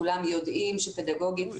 כולם יודעים שפדגוגית,